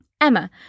Emma